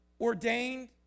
ordained